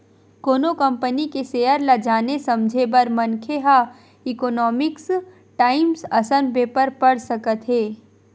कोनो कंपनी के सेयर ल जाने समझे बर मनखे ह इकोनॉमिकस टाइमस असन पेपर पड़ सकत हे